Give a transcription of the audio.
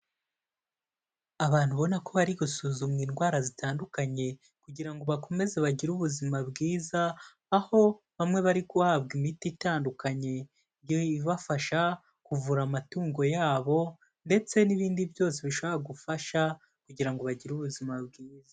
Abantu ubona ko bari gusuzumwa indwara zitandukanye kugira ngo bakomeze bagire ubuzima bwiza, aho bamwe bari guhabwa imiti itandukanye ibafasha kuvura amatungo yabo ndetse n'ibindi byose bishobora gufasha kugira ngo bagire ubuzima bwiza.